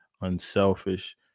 unselfish